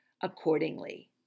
accordingly